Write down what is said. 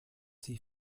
sie